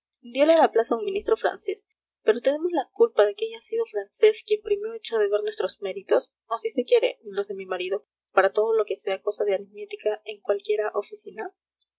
diole la plaza un ministro francés pero tenemos la culpa de que haya sido francés quien primero echó de ver nuestros méritos o si se quiere los de mi marido para todo lo que sea cosa de aritmética en cualquiera oficina